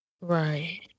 Right